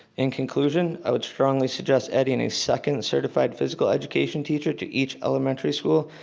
in conclusion, i would strongly suggest adding a second certified physical education teacher to each elementary school,